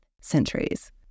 centuries